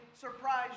surprise